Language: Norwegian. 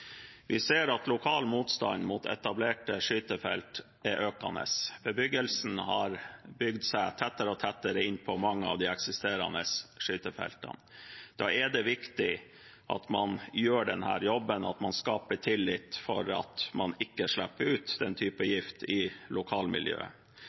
Vi ser at lokal motstand mot etablerte skytefelt er økende. Bebyggelsen har kommet tettere og tettere inn på mange av de eksisterende skytefeltene, og da er det viktig at man gjør denne jobben, og at man skaper tillit for at man ikke slipper ut den type